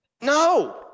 No